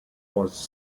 was